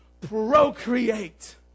procreate